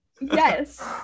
yes